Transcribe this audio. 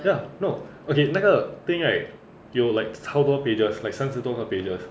ya no okay 那个 thing right 有 like 超多 pages like 三十多个 pages